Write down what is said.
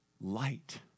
light